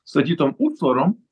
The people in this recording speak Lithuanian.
statytom užtvarom